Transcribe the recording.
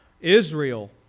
Israel